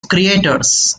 creators